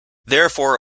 therefore